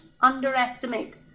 underestimate